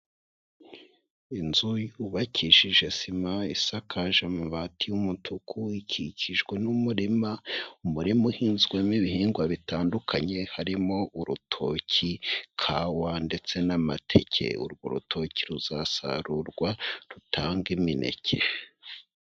Inzu yubakishije sima isakaje amabati y'umutuku, ikikijwe n'umurima, umurima uhinzwemo ibihingwa bitandukanye harimo urutoki, kawa ndetse n'amateke, urwo rutoki ruzasarurwa rutange imineke.